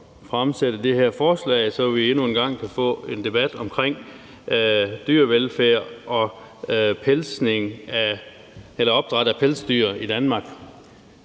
fremsætte det her forslag, så vi endnu en gang kan få en debat omkring dyrevelfærd og opdræt af pelsdyr i Danmark.